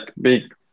big